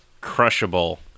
crushable